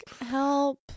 help